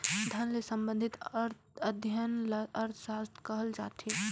धन ले संबंधित अध्ययन ल अर्थसास्त्र कहल जाथे